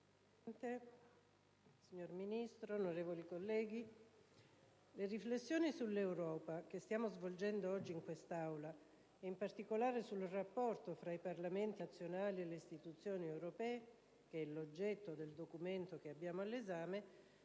signor Ministro, onorevoli senatori, le riflessioni sull'Europa che stiamo svolgendo oggi in quest'Aula, e in particolare sul rapporto tra i Parlamenti nazionali e le istituzioni europee, che è l'oggetto del documento che abbiamo all'esame,